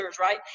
right